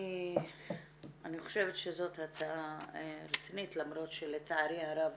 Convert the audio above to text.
אני חושבת שזאת הצעה רצינית, למרות שלצערי הרב